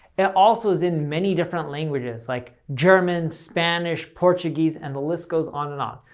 it also is in many different languages like german, spanish, portuguese, and the list goes on and on.